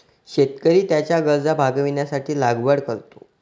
शेतकरी त्याच्या गरजा भागविण्यासाठी लागवड करतो